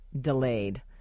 delayed